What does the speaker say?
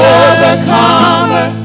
overcomer